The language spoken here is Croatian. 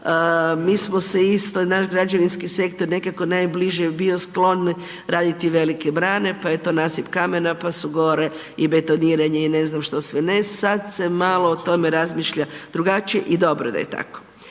mi smo se isto, naš građevinski sektor je nekako najbliže bio sklon raditi velike brane, pa je to nasip kamena, pa su gore i betoniranje i ne znam što sve ne, sad se malo o tome razmišlja drugačije i dobro da je tako.